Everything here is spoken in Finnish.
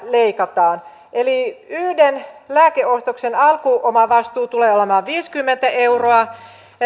leikataan eli yhden lääkeostoksen alku omavastuu tulee olemaan viisikymmentä euroa